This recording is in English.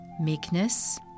meekness